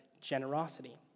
generosity